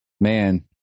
Man